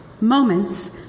moments